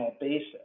basis